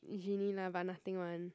Genie lah but nothing [one]